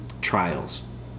trials